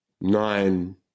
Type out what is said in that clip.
nine